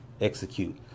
execute